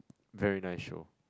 very nice show